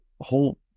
whole